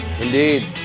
Indeed